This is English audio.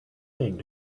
thing